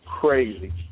crazy